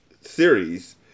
series